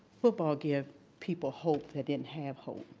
football give people hope that didn't have hope.